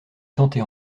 tenter